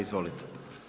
Izvolite.